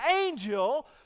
angel